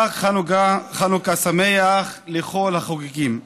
חג חנוכה שמח לכל החוגגים.